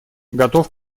готов